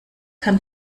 kann